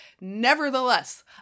Nevertheless